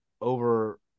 over